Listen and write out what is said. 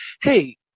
Hey